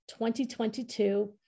2022